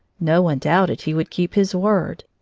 no one doubted he would keep his word.